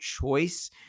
choice